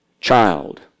child